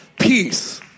peace